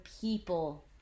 people